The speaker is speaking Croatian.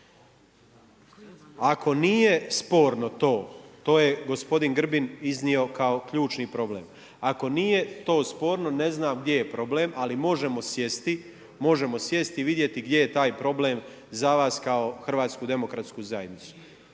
Ako nije sporno to, to je gospodin Grbin iznio kao ključni problem. Ako nije to sporno, ne znam gdje je problem, ali možemo sjesti, možemo sjesti i vidjeti gdje je taj problem, za vas kao HDZ. Ono što smo imali